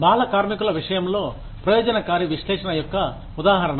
బాల కార్మికుల విషయంలో ప్రయోజనకారి విశ్లేషణ యొక్క ఉదాహరణ